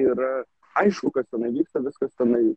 yra aišku kas tenai vyksta viskas tenai